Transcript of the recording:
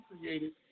created